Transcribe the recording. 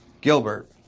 Gilbert